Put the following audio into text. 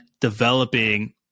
developing